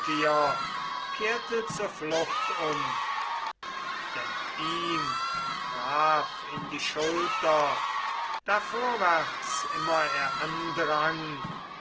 zur flucht um denn ihm traf in die schulter da vorwärts immer er andrang